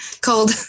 Cold